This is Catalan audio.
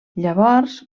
llavors